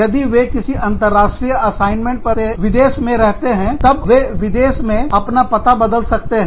यदि वे किसी अंतरराष्ट्रीय असाइनमेंट पर विदेश में रहते हैं तब वे विदेश में अपना पता बदल सकते हैं